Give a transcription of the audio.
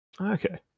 Okay